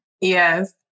Yes